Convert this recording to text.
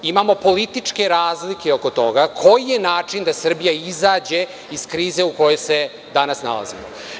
Imamo političke razlike oko toga, koji je način da Srbija izađe iz krize u kojoj se danas nalazimo.